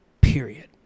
period